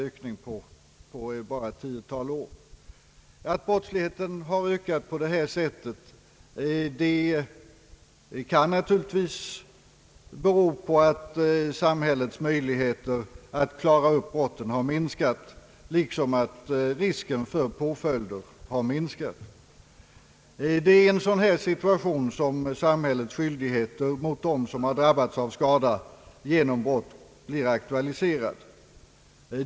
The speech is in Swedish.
Ökningen har varit kraftig de senaste tio åren, vilket naturligtvis kan bero på att samhällets möjligheter att klara upp brott liksom också risken för påföljd har minskat. I denna situation har frågan om samhällets skyldigheter mot dem som drabbas av skada genom brott blivit särskilt aktuell.